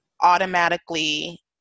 automatically